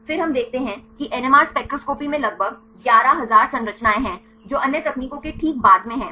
फिर हम देखते हैं कि एनएमआर स्पेक्ट्रोस्कोपी में लगभग 11000 संरचनाएं हैं जो अन्य तकनीकों के ठीक बाद में हैं